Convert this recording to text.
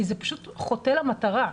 זה פשוט חוטא למטרה.